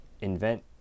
invent